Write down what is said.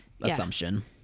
assumption